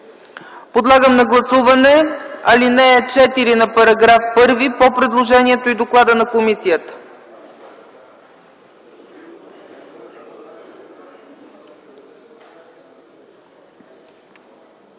Подлагам на гласуване ал. 3 на § 1 по предложението и доклада на комисията.